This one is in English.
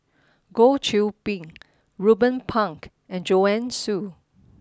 Goh Qiu Bin Ruben Pang and Joanne Soo